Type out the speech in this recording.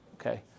Okay